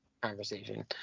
conversation